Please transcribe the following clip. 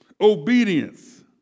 Obedience